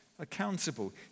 accountable